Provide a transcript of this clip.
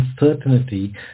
uncertainty